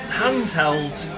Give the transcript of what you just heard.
handheld